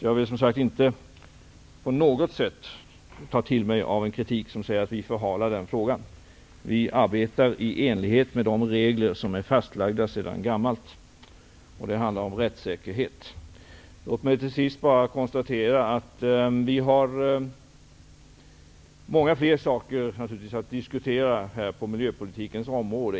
Jag vill alltså inte på något sätt ta till mig av en kritik som säger att vi förhalar frågan. Vi arbetar i enlighet med de regler som är fastlagda sedan gammalt. Det handlar om rättssäkerhet. Låt mig till sist bara konstatera att vi har många fler saker att diskutera på miljöpolitikens område.